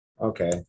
Okay